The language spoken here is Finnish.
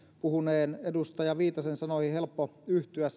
puhuneen edustaja viitasen sanoihin helppo yhtyä